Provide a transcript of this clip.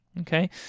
okay